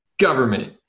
government